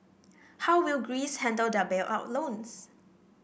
how will Greece handle their bailout loans